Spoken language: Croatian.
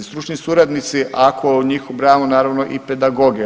Stručni suradnici, a u njih ubrajamo naravno i pedagoge.